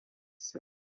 said